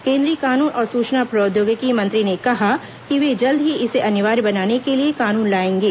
केंद्रीय कानून और सूचना प्रौद्योगिकी मंत्री ने कहा कि वे जल्द ही इसे अनिवार्य बनाने के लिए कानून लाएंगे